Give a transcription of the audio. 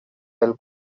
del